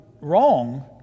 wrong